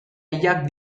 hilak